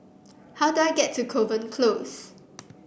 how do I get to Kovan Close